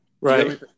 Right